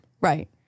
Right